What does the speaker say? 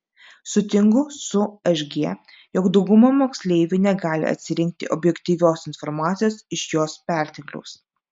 sutinku su šg jog dauguma moksleivių negali atsirinkti objektyvios informacijos iš jos pertekliaus